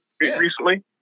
recently